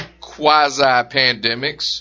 quasi-pandemics